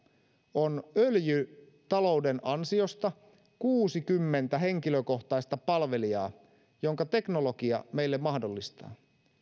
on öljytalouden ansiosta kuusikymmentä henkilökohtaista palvelijaa sen teknologia meille mahdollistaa